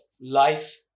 life